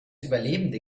überlebende